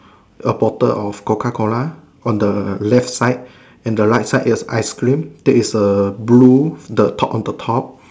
a bottle of Coca Cola on the left side and the right side you have ice cream there's a blue the top on the top